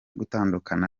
gutandukana